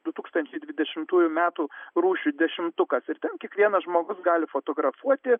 du tūkstančiai dvidešimtųjų metų rūšių dešimtukas ir ten kiekvienas žmogus gali fotografuoti